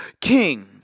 King